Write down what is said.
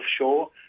offshore